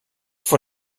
vor